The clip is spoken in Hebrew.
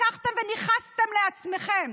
לקחתם וניכסתם לעצמכם.